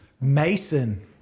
Mason